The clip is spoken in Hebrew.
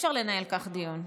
אי-אפשר לנהל כך דיון,